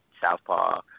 southpaw